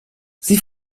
sie